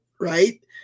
right